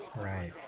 Right